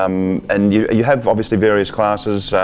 um and you you have obviously various classes.